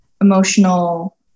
emotional